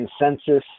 consensus